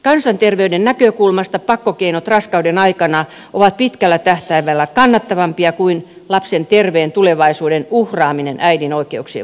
kansanterveyden näkökulmasta pakkokeinot raskauden aikana ovat pitkällä tähtäimellä kannattavampia kuin lapsen terveen tulevaisuuden uhraaminen äidin oikeuksien vuoksi